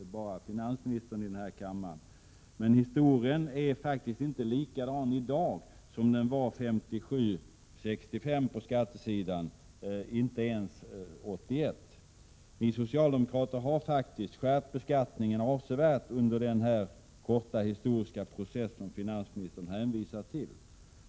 1987/88:125 finansministern som tror det. Förhållandet på skattesidan är faktiskt inte 24 maj 1988 likadant i dag som det var 1957 och 1965 — ja, inte ens som det var 1981. sn Om avdragsrätten för Ni socialdemokrater har skärpt beskattningen avsevärt under den korta :E AR bt RA KR bostadsräntor, 1990 års historiska process som finansministern hänvisar till.